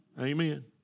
Amen